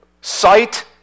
sight